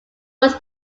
was